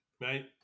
Right